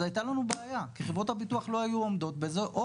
אז הייתה לנו בעיה כי חברות הביטוח לא היו עומדות בזה או